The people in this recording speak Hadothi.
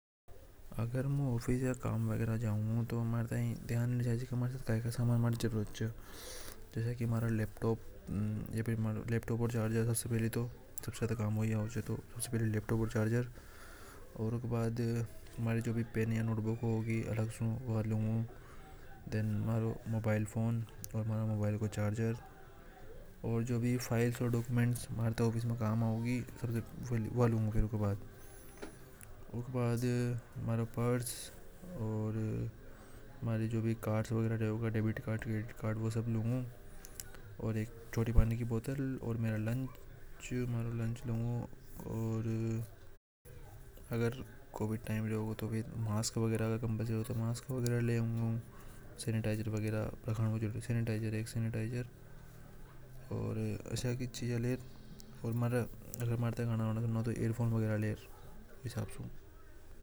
अगर मु ऑफिस या काम वगेरा जाऊंगा तेजाब से पहेली तो सबसे ज्यादा कम वही हिसाब पहली लैपटॉप। ओर चार्जर और ऊके बाद मारी ओर पेन ओर नोट बुक होगी बा लूंगा फेर मारो मोबाइल ओर मोबाइल का चार्जर ओर जो भी फाइल्स ओर डॉक्यूमइंट ऑफिस में कम आवे ही व लुंगआ ऊके बाद मारी पर्स ओर डेबिट। कार्ड और मढ़ी लॉन्च ओर कोविड होवे तो मास्क ओर । सेनेटाइजर वगैरह रखाबो जरूरी च ओर आशय की चीजा की ओर में गाना सुनो हो तो ईयर फोन लेवे।